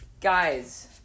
Guys